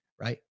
right